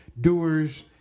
Doers